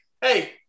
hey